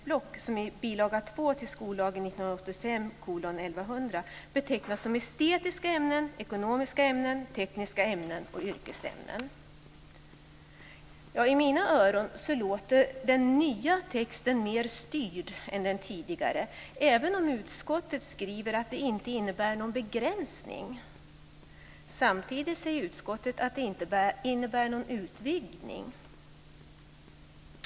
betecknas som estetiska ämnen, ekonomiska ämnen, tekniska ämnen och yrkesämnen. I mina öron låter det som om den nya texten är mer styrd än den tidigare, även om utskottet skriver att det inte innebär någon begränsning. Samtidigt säger utskottet att det inte innebär någon utvidgning.